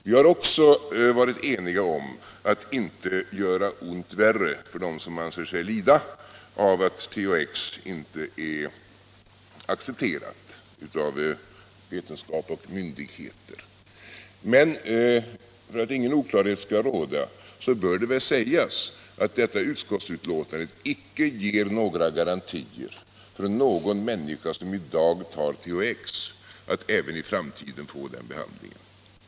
Vi har också varit eniga om att inte göra ont värre för dem som anser sig lida av att THX inte är accepterat av vetenskap och myndigheter. Men för att ingen oklarhet skall råda bör det sägas att detta utskottsbetänkande icke ger några garantier åt någon människa som i dag tar THX att även i framtiden få den behandlingen.